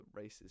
racist